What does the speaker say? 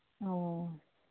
ꯑꯣ